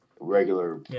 regular